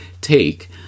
take